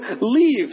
Leave